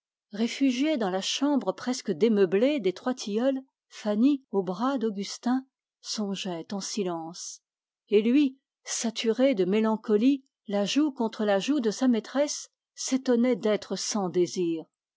réfugiée dans la chambre presque démeublée des troistilleuls fanny aux bras d'augustin songeait en silence et lui saturé de mélancolie la joue contre la joue de sa maîtresse s'étonnait d'être sans désir